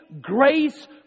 grace